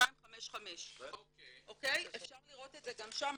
החלטה 2255. אפשר לראות את זה גם שם,